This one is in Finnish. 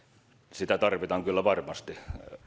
sitä tarvitaan kyllä varmasti